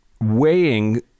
weighing